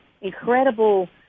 incredible